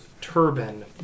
turban